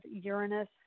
Uranus